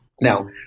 Now